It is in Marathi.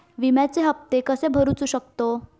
विम्याचे हप्ते कसे भरूचो शकतो?